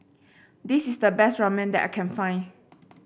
this is the best Ramen that I can find